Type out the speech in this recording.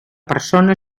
persona